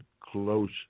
close